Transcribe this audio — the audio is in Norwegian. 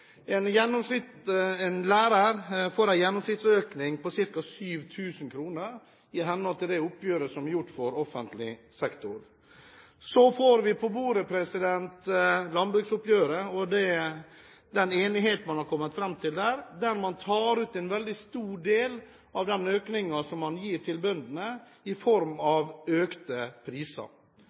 en lærer får en gjennomsnittsøkning på ca. 7 000 kr i henhold til det oppgjøret som er gjort for offentlig sektor. Så får vi landbruksoppgjøret på bordet og den enigheten man har kommet fram til der, hvor man tar ut en veldig stor del av den økningen man gir til bøndene, i form av økte priser.